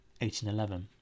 1811